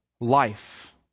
life